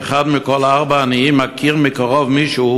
שאחד מכל ארבעה עניים מכיר מקרוב מישהו